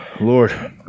Lord